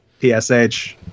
PSH